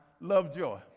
Lovejoy